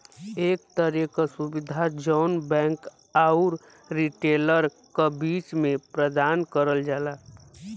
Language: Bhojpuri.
एक तरे क सुविधा जौन बैंक आउर रिटेलर क बीच में प्रदान करल जाला